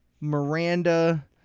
Miranda